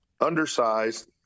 undersized